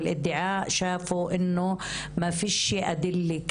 ידענו שאנחנו רק מתחילים דיון היום.